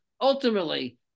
Ultimately